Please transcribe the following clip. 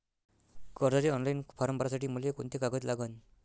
कर्जाचे online form भरासाठी मले कोंते कागद लागन?